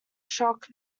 shock